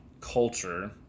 culture